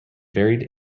varied